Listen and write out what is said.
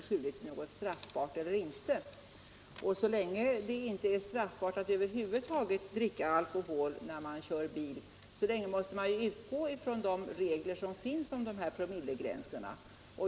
Så länge det inte är straffbart att över huvud taget dricka alkohol när man kör bil måste vi dock utgå från de regler som finns om promillegränserna.